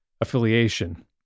Affiliation